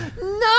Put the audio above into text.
no